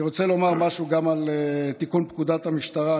אני רוצה לומר משהו גם על תיקון פקודת המשטרה.